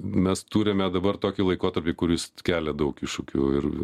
mes turime dabar tokį laikotarpį kuris kelia daug iššūkių ir